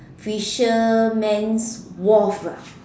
fisherman's wharf ah